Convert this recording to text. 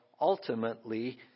ultimately